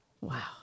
Wow